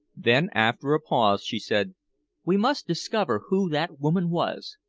then after a pause she said we must discover who that woman was.